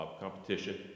competition